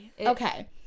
okay